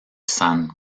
san